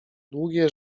długie